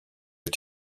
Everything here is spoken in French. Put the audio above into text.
est